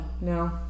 no